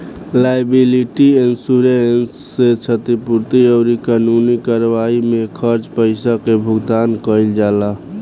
liability insurance से क्षतिपूर्ति अउरी कानूनी कार्यवाई में खर्च पईसा के भुगतान कईल जाला